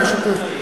ברשותך.